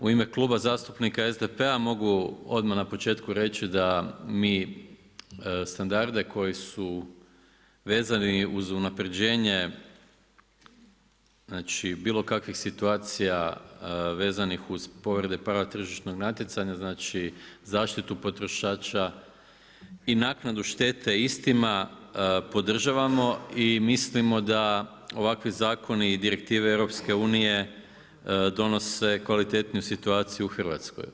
U ime Kluba zastupnika SDP-a mogu odmah na početku reći da mi standarde koji su vezani uz unapređenje bilo kakvih situacija vezanih uz povrede paratržišnog natjecanja, znači zaštitu potrošača i naknadu štete istima podržavamo i mislimo da ovakvi zakoni i direktive EU donose kvalitetniju situaciju u Hrvatskoj.